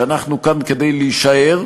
שאנחנו כאן כדי להישאר,